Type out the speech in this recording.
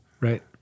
Right